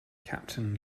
captain